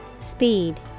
Speed